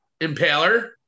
Impaler